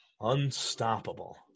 Unstoppable